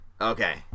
Okay